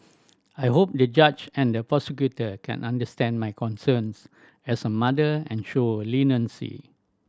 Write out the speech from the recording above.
I hope the judge and the prosecutor can understand my concerns as a mother and show leniency